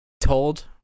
told